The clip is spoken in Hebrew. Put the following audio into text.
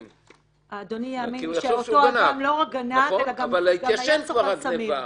העלמין לאותו אדם שסיפרתי עליו זו העירייה.